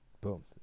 boom